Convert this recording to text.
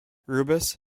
rubus